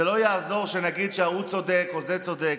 זה לא יעזור שנגיד שההוא צודק או זה צודק.